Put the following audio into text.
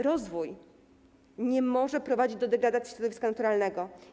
Rozwój nie może prowadzić do degradacji środowiska naturalnego.